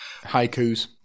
Haikus